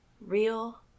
real